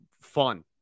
fun